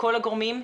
הגורמים השונים,